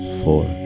four